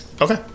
Okay